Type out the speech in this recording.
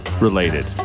related